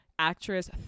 Actress